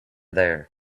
there